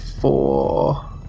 four